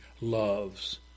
loves